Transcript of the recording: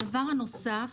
הדבר הנוסף,